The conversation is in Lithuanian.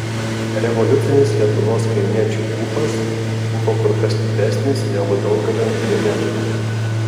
revoliucinis lietuvos kaimiečių ūpas buvo kur kas stipresnis negu daugelio inteligentų